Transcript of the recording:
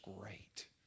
great